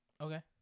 Okay